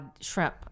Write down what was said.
shrimp